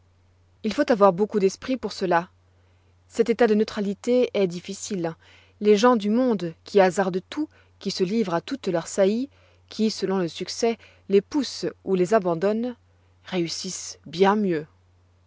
il faut avoir beaucoup d'esprit pour cela cet état de neutralité est difficile les gens du monde qui hasardent tout qui se livrent à toutes leurs saillies qui selon le succès les poussent ou les abandonnent réussissent bien mieux